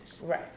Right